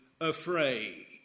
afraid